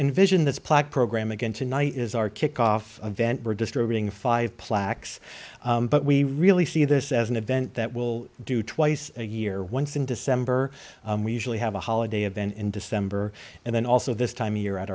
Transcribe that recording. envision this plaque program again tonight is our kickoff event we're distributing five plaques but we really see this as an event that will do twice a year once in december we usually have a holiday event in december and then also this time of year at